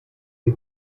sie